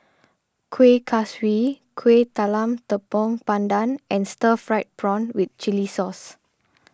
Kueh Kaswi Kueh Talam Tepong Pandan and Stir Fried Prawn with Chili Sauce